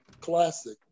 classic